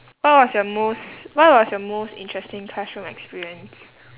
what was your most what was your most interesting classroom experience